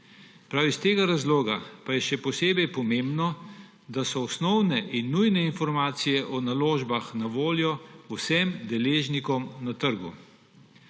Prav iz tega razloga pa je še posebej pomembno, da so osnovne in nujne informacije o naložbah na voljo vsem deležnikom na trgu.